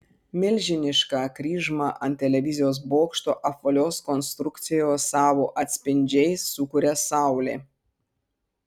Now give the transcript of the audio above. milžinišką kryžmą ant televizijos bokšto apvalios konstrukcijos savo atspindžiais sukuria saulė